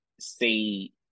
see